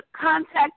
contact